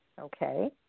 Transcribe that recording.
okay